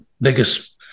biggest